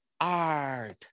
art